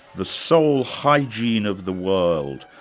the sole hygiene of the world,